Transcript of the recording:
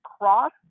cross